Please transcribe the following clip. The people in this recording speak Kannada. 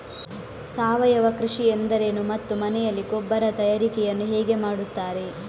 ಸಾವಯವ ಕೃಷಿ ಎಂದರೇನು ಮತ್ತು ಮನೆಯಲ್ಲಿ ಗೊಬ್ಬರ ತಯಾರಿಕೆ ಯನ್ನು ಹೇಗೆ ಮಾಡುತ್ತಾರೆ?